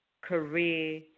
career